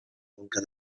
conca